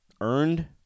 earned